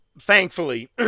thankfully